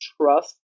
trust